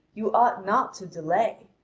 you ought not to delay.